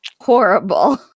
horrible